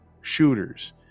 shooters